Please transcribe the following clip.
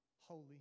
Holy